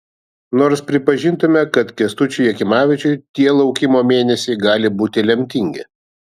nors pripažintume kad kęstučiui jakimavičiui tie laukimo mėnesiai gali būti lemtingi